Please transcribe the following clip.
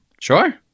Sure